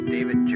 David